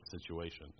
situation